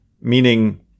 meaning